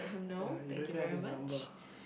ya you don't even have his number